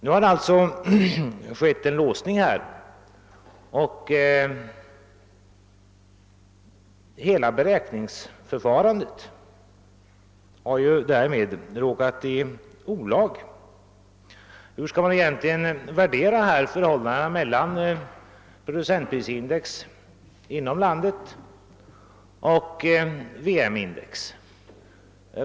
Nu har det alltså skett en låsning här, och hela beräkningsförfarandet har därmed råkat i olag. Hur skall man egentligen värdera förhållandet mellan producentprisindex inom landet och världsmarknadsindex?